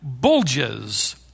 bulges